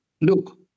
look